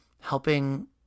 helping